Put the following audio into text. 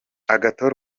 agathon